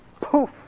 poof